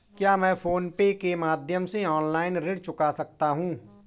क्या मैं PhonePe के माध्यम से ऑनलाइन ऋण चुका सकता हूँ?